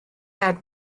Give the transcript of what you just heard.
had